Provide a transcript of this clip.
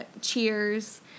Cheers